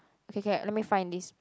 okay k let me find this